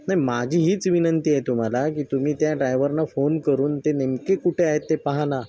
नाही माझी हीच विनंती आहे तुम्हाला की तुम्ही त्या ड्रायवरला फोन करून ती नेमकी कुठे आहे ते पाहा ना